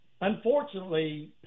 Unfortunately